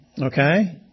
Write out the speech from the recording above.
Okay